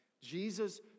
Jesus